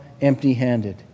empty-handed